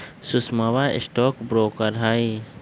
सुषमवा stock broker हई